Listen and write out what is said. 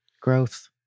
Growth